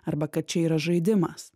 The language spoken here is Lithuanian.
arba kad čia yra žaidimas